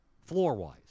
floor-wise